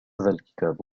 الكتاب